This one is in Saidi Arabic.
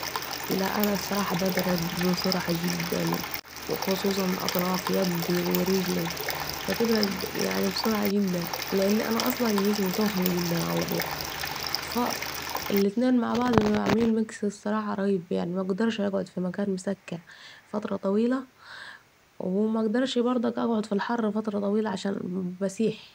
لأ أنا والصراحة ببرد بسرعه جداً خصوصاً أطراف يدي و رجلي، بتبرد يعني بسرعه جداً لأن أنا أصلا جسمي سخن جداً علطول ، فا الاتنين مع بعض عاملين مكس الصراحه راهيب، يعني مقدرش اقعد في مكان مسقع فتره طويله ، و مقدرش برضك أقعد في الحر فترة طويلة علشان بسيح